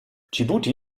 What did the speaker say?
dschibuti